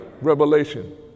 revelation